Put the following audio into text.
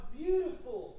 beautiful